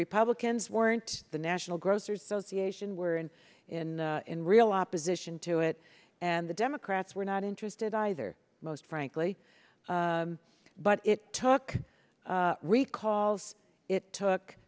republicans weren't the national grocer's so see asian were in in in real opposition to it and the democrats were not interested either most frankly but it took recalls it took